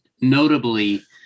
notably